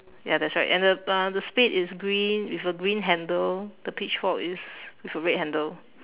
ya that's right and the uh the spade is green with a green handle the pitchfork is with a red handle